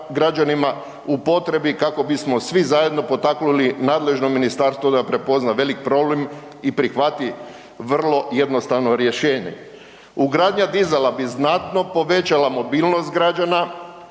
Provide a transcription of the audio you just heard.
u potrebi kako bismo svi zajedno potaknuli nadležno Ministarstvo da prepozna velik problem i prihvati vrlo jednostavno rješenje. Ugradnja dizala bi znatno povećala mobilnost građana,